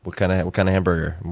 what kind of what kind of hamburger?